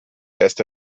erste